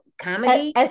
comedy